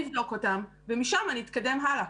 בואו נבדוק אותם ומשם נתקדם הלאה.